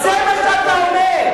זה מה שאתם אומרים.